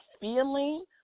feeling